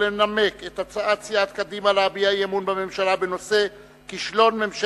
התש”ע 2010, מאת